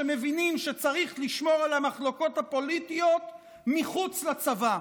שמבינים שצריך לשמור על המחלוקות הפוליטיות מחוץ לצבא?